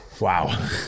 wow